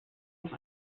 auch